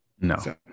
no